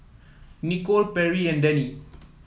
Nikole Perri and Dennie